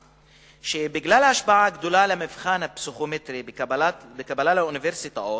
בגלל ההשפעה הגדולה של המבחן הפסיכומטרי על הקבלה לאוניברסיטאות,